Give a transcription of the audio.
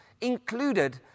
included